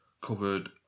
covered